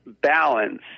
balance